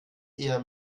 eher